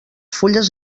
fulles